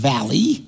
Valley